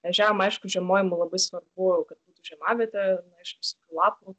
ežiam aišku žiemojimui labai svarbu kad būtų žiemavietė na iš visokių lapų